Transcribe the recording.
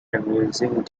amusing